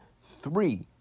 three